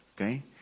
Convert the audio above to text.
okay